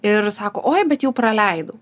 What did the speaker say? ir sako oi bet jau praleidau